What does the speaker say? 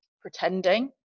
pretending